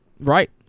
Right